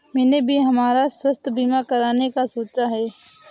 मैंने भी हमारा स्वास्थ्य बीमा कराने का सोचा है